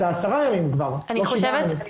אז זה עשרה ימים כבר, לא שבעה ימים.